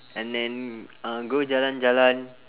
and then uh go jalan jalan